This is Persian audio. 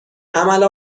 عمل